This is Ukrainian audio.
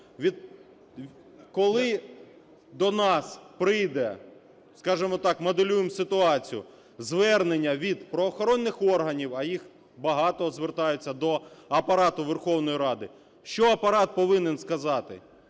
Коли до нас прийде, скажемо так, моделюємо ситуацію, звернення від правоохоронних органів, а їх багато звертається до Апарату Верховної Ради. Що Апарат повинен сказати: